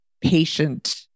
patient